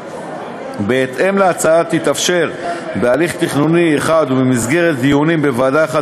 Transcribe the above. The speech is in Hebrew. בהתאם להצעה תתאפשר בהליך תכנוני אחד ובמסגרת דיונים בוועדה אחת